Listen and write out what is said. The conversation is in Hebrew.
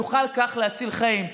כך נוכל להציל חיים.